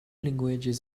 languages